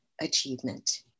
achievement